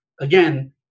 again